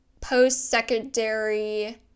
post-secondary